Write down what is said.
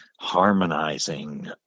harmonizing